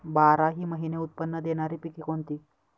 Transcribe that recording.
बाराही महिने उत्त्पन्न देणारी पिके कोणती?